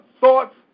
thoughts